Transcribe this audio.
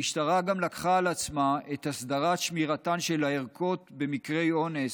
המשטרה גם לקחה על עצמה את הסדרת שמירתן של הערכות במקרי אונס,